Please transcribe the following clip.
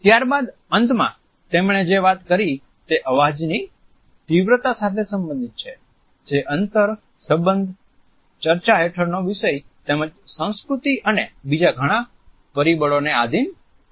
ત્યારબાદ અંતમાં તેમણે જે વાત કરી તે અવાજની તીવ્રતા સાથે સંબંધિત છે જે અંતર સંબંધચર્ચા હેઠળનો વિષય તેમજ સંસ્કૃતિ અને બીજા ઘણા પરિબળો ને આધીન હોય છે